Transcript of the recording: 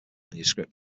manuscript